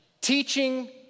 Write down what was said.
Teaching